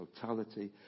totality